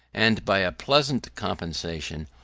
and by a pleasant compensation,